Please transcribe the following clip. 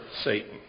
Satan